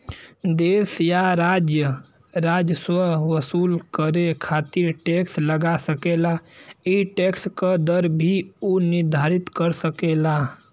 देश या राज्य राजस्व वसूल करे खातिर टैक्स लगा सकेला ई टैक्स क दर भी उ निर्धारित कर सकेला